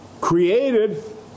created